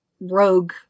rogue